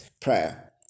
prayer